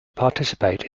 participate